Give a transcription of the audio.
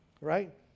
right